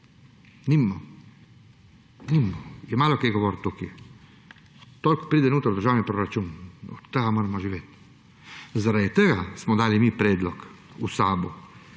Nimamo. Nimamo. Je malo kaj govoriti tukaj. Toliko pride v državni proračun, od tega moramo živeti. Zaradi tega smo dali mi predlog v SAB,